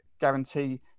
guarantee